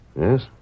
Yes